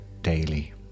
daily